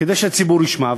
כדי שהציבור ישמע.